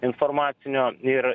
informacinio ir